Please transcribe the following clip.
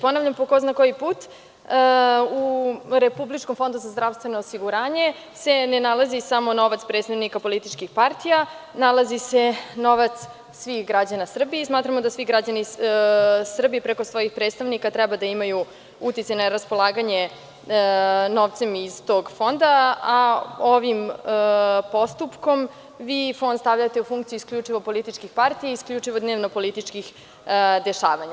Ponavljam po ko zna koji put, u Republičkom fondu za zdravstveno osiguranje se ne nalazi samo novac predstavnika političkih partija, nalazi se novac svih građana Srbije i smatramo da svi građani Srbije preko svojih predstavnika treba da imaju uticaj na raspolaganje novcem iz tog fonda, a ovim postupkom vi Fond stavljate u funkciju isključivo političkih partija i isključivo dnevno-politički dešavanja.